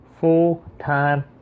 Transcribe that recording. full-time